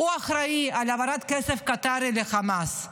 הוא אחראי להעברת כסף קטארי לחמאס,